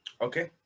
Okay